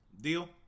deal